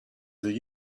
the